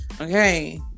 Okay